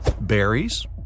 Berries